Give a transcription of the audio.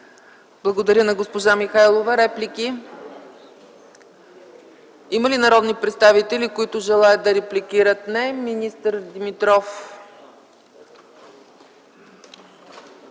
Благодаря на госпожа Михайлова. Има ли народни представители, които желаят да репликират? Не. Министър Димитров,